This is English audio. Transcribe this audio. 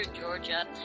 Georgia